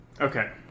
Okay